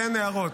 ואין הערות.